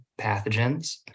pathogens